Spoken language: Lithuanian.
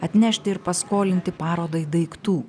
atnešti ir paskolinti parodai daiktų